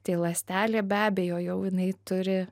tai ląstelė be abejo jau jinai turi